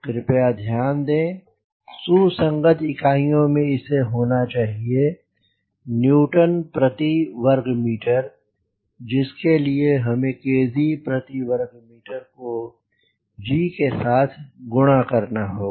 कृपया ध्यान दें सुसंगत इकाइयों में इसे होना चाहिए न्यूटन प्रति वर्ग मीटर जिसके लिए हमें kg प्रति वर्ग मीटर को g के साथ गुना करना होगा